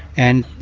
and